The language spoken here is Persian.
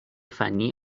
فنی